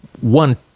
one